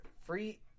free